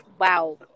wow